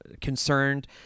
concerned